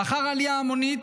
לאחר העלייה ההמונית,